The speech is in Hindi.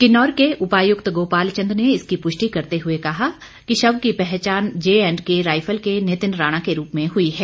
किन्नौर के उपायुक्त गोपाल चंद ने इसकी पुष्टि करते हुए कहा कि शव की पहचान जेएंडके राइफल के नितिन राणा के रूप में हुई है